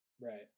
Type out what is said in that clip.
Right